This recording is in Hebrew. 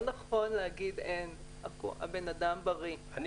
לא נכון להגיד שהבן אדם בריא,